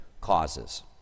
causes